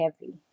heavy